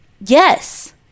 Yes